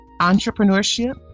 entrepreneurship